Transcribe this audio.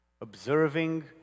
Observing